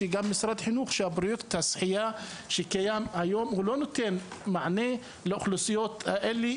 פרויקט השחייה שקיים היום במשרד החינוך לא נותן מענה לאוכלוסיות האלה,